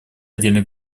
отдельных